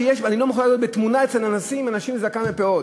אני לא מוכן להיות בתמונה אצל הנשיא עם אנשים עם זקן ופאות.